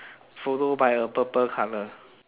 follow by a purple colour